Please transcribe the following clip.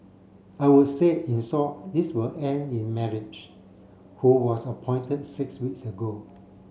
I would say in short this will end in marriage who was appointed six weeks ago